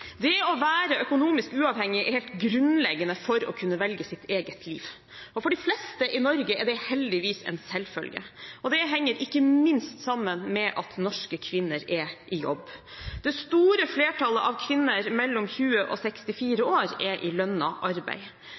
Det å være økonomisk uavhengig er helt grunnleggende for å kunne velge sitt eget liv, og for de fleste i Norge er det heldigvis en selvfølge. Det henger ikke minst sammen med at norske kvinner er i jobb. Det store flertallet av kvinner mellom 20 og 64 år er i lønnet arbeid.